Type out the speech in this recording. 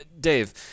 Dave